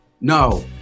No